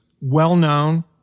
well-known